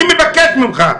אני מבקש ממך.